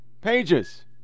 pages